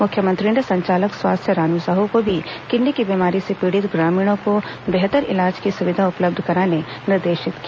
मुख्यमंत्री ने संचालक स्वास्थ्य रानू साहू को भी किडनी की बीमारी से पीड़ित ग्रामीणों को बेहतर इलाज की सुविधा उपलब्ध कराने निर्देशित किया